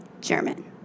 German